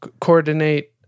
coordinate